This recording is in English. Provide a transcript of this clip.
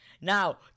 Now